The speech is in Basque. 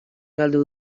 galdu